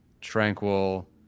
Tranquil